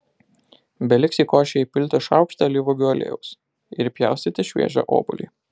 beliks į košę įpilti šaukštą alyvuogių aliejaus ir įpjaustyti šviežią obuolį